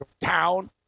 town